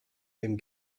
dem